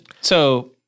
So-